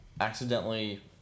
accidentally